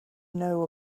know